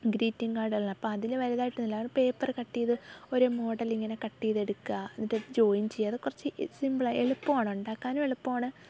greeting card എല്ലാം അപ്പം അതിൽ വലുതായിട്ടില്ല ഒരു പേപ്പർ കട്ട് ചെയ്ത് ഒരു മോഡൽ ഇങ്ങനെ കട്ട് ചെയ്തെടുക്കുക എന്നിട്ട് ജോയിൻ ചെയ്ത് അത് കുറച്ച് സിമ്പിൾ എളുപ്പമാണ് ഉണ്ടാക്കാനും എളുപ്പമാണ്